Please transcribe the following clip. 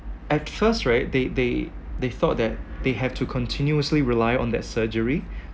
at first right they they they thought that they have to continuously rely on that surgery